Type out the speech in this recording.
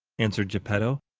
answered geppetto.